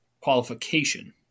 qualification